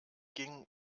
ging